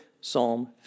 Psalm